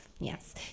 Yes